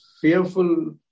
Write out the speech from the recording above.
fearful